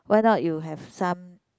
why not you have some